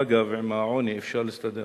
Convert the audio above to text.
אגב, עם העוני אפשר להסתדר.